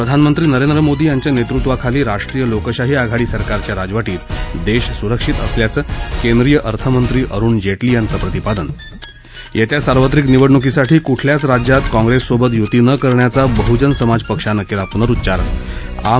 प्रधानमंत्री नरेंद्र मोदी यांच्या नेतृत्वाखाली राष्ट्रीय लोकशाही आघाडी सरकारच्या राजवाींत देश सुरक्षित असल्याचं केंद्रीय अर्थनंत्री अरुण जे ली यांचं प्रतिपादन येत्या सार्वत्रिक निवडणुकीसाठी कुठल्याच राज्यात काँग्रेससोबत युती न करण्याचा बहुजन समाजपक्षानं केला पुनरुच्चार आम